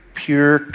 pure